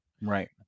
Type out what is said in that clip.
Right